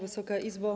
Wysoka Izbo!